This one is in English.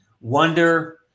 wonder